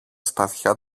σπαθιά